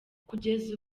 kugeza